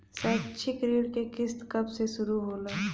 शैक्षिक ऋण क किस्त कब से शुरू होला?